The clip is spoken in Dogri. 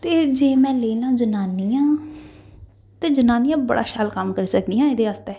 ते जे में लेई लां जनानियां ते जनानियां बड़ा शैल कम्म करी सकदियां एह्दे आस्तै